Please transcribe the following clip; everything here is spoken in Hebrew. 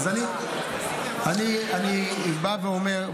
אני אומר,